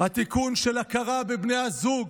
התיקון של הכרה בבני הזוג